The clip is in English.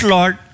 Lord. (